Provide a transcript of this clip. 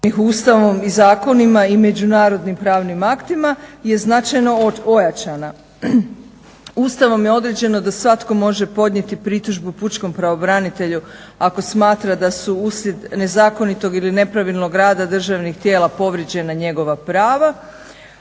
Ustavom je određeno da svatko može podnijeti pritužbu pučkom pravobranitelju ako smatra da su uslijed nezakonitog ili nepravilnog rada državnih tijela povrijeđena njegova prava.